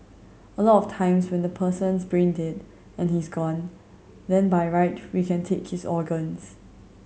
a lot of times when the person's brain dead and he's gone then by right we can take his organs